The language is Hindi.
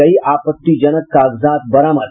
कई आपत्तिजनक कागजात बरामद